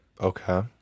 Okay